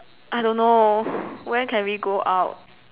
I don't know when can we go out